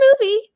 movie